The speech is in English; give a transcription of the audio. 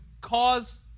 cause